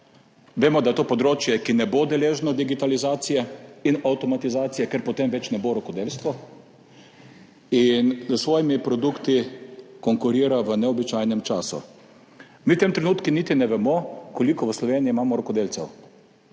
Vemo, da je to področje, ki ne bo deležno digitalizacije in avtomatizacije, ker potem več ne bo rokodelstvo, in s svojimi produkti konkurira v neobičajnem času. V tem trenutku niti ne vemo, koliko imamo v Slovenijirokodelcev.